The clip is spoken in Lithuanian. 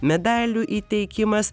medalių įteikimas